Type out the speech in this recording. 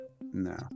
No